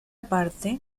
parte